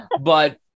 But-